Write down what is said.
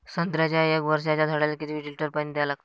संत्र्याच्या एक वर्षाच्या झाडाले किती लिटर पाणी द्या लागते?